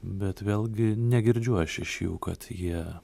bet vėlgi negirdžiu aš iš jų kad jie